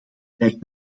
lijkt